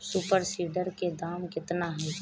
Super seeder के दाम केतना ह?